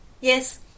Yes